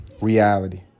reality